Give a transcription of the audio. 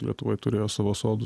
lietuvoj turėjo savo sodus